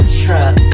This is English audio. truck